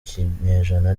kinyejana